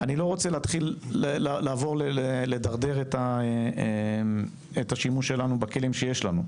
אני לא רוצה להתחיל לעבור לדרדר את השימוש שלנו בכלים שיש לנו,